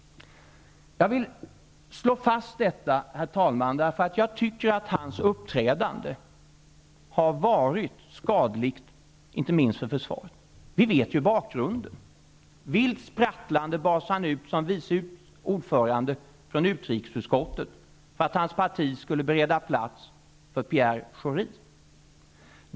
Jag vill slå fast detta, herr talman, för jag tycker att hans uppträdande har varit skadligt, inte minst för försvaret. Vi vet ju bakgrunden. Vilt sprattlande bars han ut som vice ordförande från utrikesutskottet för att hans parti skulle bereda plats för Pierre Schori.